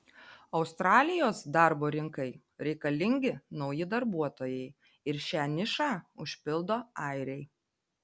australijos darbo rinkai reikalingi nauji darbuotojai ir šią nišą užpildo airiai